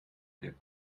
der